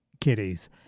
kitties